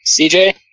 CJ